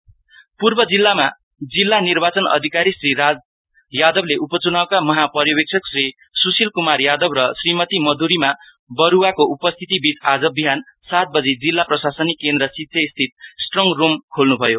election strong room पूर्व जिल्लामा जिल्ला निर्वाचन अधिकारी श्री राज यादवले उपचुनाउका महा पर्यावेक्षक श्री सुशील कुमार यादव र श्रीमती मधुरिमा बरूवाको उपस्थितिबीच आज बिहान सातबजी जिल्ला प्रशासनिक केन्द्र सिच्छेस्थित स्ट्रङ रूम खोल्नु भयो